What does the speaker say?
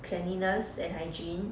cleanliness and hygiene